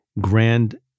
grand